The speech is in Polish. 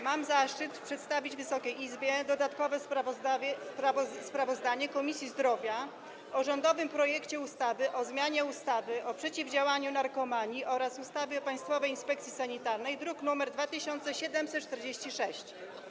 Mam zaszczyt przedstawić Wysokiej Izbie dodatkowe sprawozdanie Komisji Zdrowia o rządowym projekcie ustawy o zmianie ustawy o przeciwdziałaniu narkomanii oraz ustawy o Państwowej Inspekcji Sanitarnej, druk nr 2746.